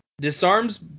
disarms